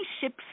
ships